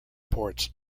ports